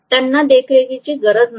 त्यांना देखरेखीची गरज नाही